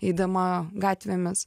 eidama gatvėmis